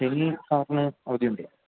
ശനി സാർന് അവധിയുണ്ടോ